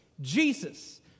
Jesus